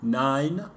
nine